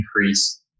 increase